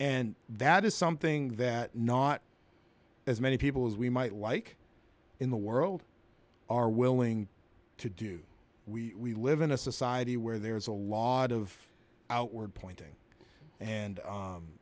and that is something that not as many people as we might like in the world are willing to do we live in a society where there's a lot of outward pointing and